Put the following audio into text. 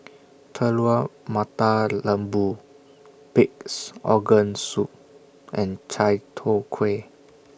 Telur Mata Lembu Pig'S Organ Soup and Chai Tow Kuay